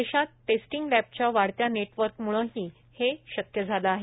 देशात टेस्टिंग लॅबच्या वाढत्या नेटवर्कम्ळेही हे शक्य झाले आहे